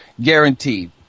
guaranteed